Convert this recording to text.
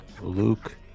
Luke